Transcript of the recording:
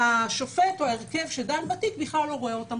השופט או ההרכב שדן בתיק בכלל לא רואה אותם,